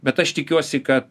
bet aš tikiuosi kad